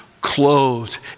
clothed